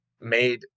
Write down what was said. made